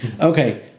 Okay